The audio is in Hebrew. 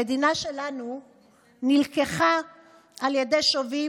המדינה שלנו נלקחה על ידי שובים,